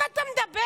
מה זה אמסטל?